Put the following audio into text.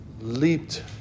leaped